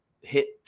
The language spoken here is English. hit